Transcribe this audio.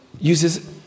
uses